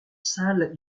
salles